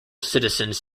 citizens